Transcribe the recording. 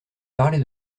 parlé